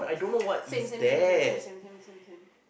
same same same same same same same same